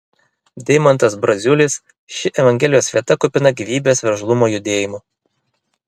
deimantas braziulis ši evangelijos vieta kupina gyvybės veržlumo judėjimo